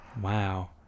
Wow